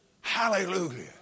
Hallelujah